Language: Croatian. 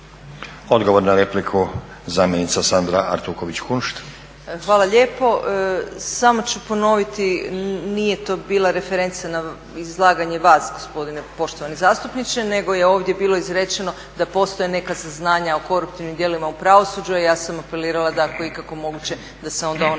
Odgovor na repliku, zamjenica Sandra Artuković Kunšt. **Artuković Kunšt, Sandra** Hvala lijepo. Samo ću ponoviti, nije to bila referenca na izlaganje vas, gospodine poštovani zastupniče, nego je ovdje bilo izrečeno da postoje neka saznanja o koruptivnim djelima u pravosuđu, a ja sam apelirala da ako je ikako moguće da se onda ona